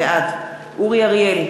בעד אורי אריאל,